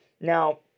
Now